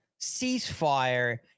ceasefire